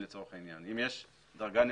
נגיד בדירוג המשפטנים,